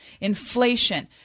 Inflation